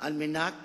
על מנת